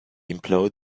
employed